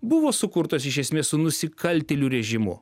buvo sukurtos iš esmės su nusikaltėlių režimu